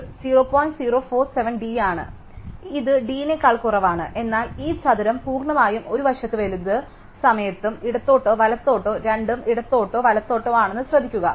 അതിനാൽ ഇത് d നേക്കാൾ കുറവാണ് എന്നാൽ ഈ ചതുരം പൂർണ്ണമായും ഒരു വശത്ത് വലത് സമയത്തും ഇടത്തോട്ടോ വലത്തോട്ടോ രണ്ടും ഇടത്തോട്ടും വലത്തോട്ടോ ആണെന്ന് ശ്രദ്ധിക്കുക